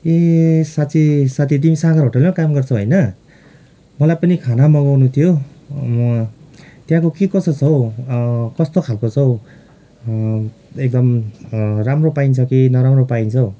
ए साँच्चि साथी तिमी सागर होटेलमा काम गर्छौ होइन मलाई पनि खाना मगाउनु थियो त्यहाँको के कसो छ हौ कस्तो खालाको छ हौ एकदम राम्रो पाइन्छ कि नराम्रो पाइन्छ हौ